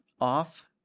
off